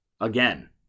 again